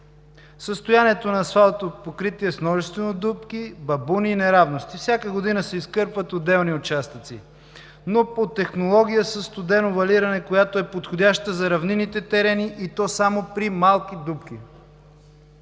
Състоянието на асфалтовото покритие е с множество дупки, бабуни и неравности. Всяка година се изкърпват отделни участъци, но по технология със студено валиране, която е подходяща за равнинните терени и то само при малки дупки.